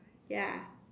ya